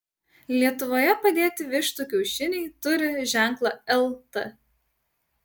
lietuvoje padėti vištų kiaušiniai turi ženklą lt